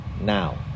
Now